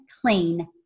clean